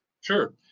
Sure